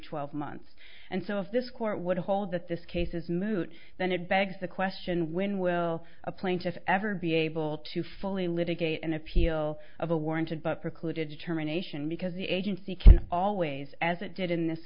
twelve months and so if this court would hold that this case is moot then it begs the question when will a plaintiff ever be able to fully litigate and appeal of a warranted but precluded terminations because the agency can always as it did in this